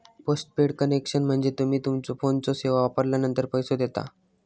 postpaid connection म्हणजे तुम्ही तुमच्यो फोनची सेवा वापरलानंतर पैसो देता